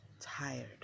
tired